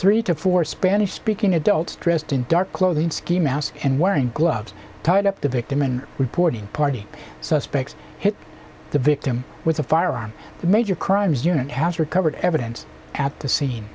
three to four spanish speaking adults dressed in dark clothing ski mask and wearing gloves tied up the victim in reporting party so expect hit the victim with a firearm major crimes unit has recovered evidence at the scene